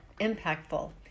impactful